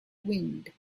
wind